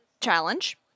challenge